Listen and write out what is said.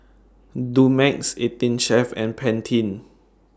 Dumex eighteen Chef and Pantene